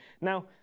now